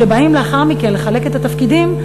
כשבאים לאחר מכן לחלק את התפקידים,